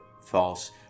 false